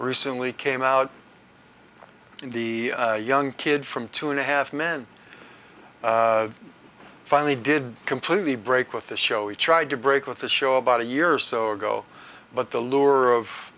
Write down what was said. recently came out in the young kid from two and a half men finally did completely break with the show he tried to break with the show about a year or so ago but the lure of